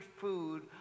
food